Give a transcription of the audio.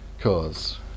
cause